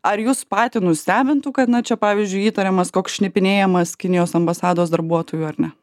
ar jus patį nustebintų kad na čia pavyzdžiui įtariamas koks šnipinėjamas kinijos ambasados darbuotojų ar ne